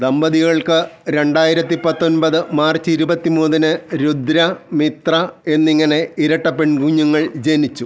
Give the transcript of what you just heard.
ദമ്പതികൾക്ക് രണ്ടായിരത്തി പത്തൊൻപത് മാർച്ച് ഇരുപത്തി മൂന്നിന് രുദ്ര മിത്ര എന്നിങ്ങനെ ഇരട്ട പെൺ കുഞ്ഞുങ്ങൾ ജനിച്ചു